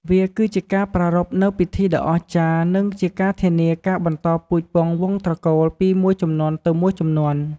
វាគឺជាការប្រារព្ធនូវពិធីដ៏អស្ចារ្យ និងជាការធានាការបន្តពូជពង្សវង្សត្រកូល ពីមួយជំនាន់ទៅមួយជំនាន់។